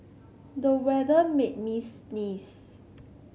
the weather made me sneeze